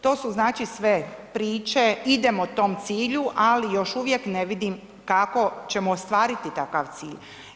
To su znači sve priče, idemo tom cilju ali još ne vidim kako ćemo ostvariti takav cilj.